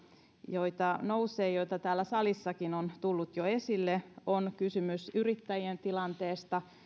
joita nousee joita täällä salissakin on tullut jo esille on kysymys yrittäjien tilanteesta